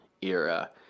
era